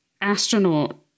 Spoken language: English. astronaut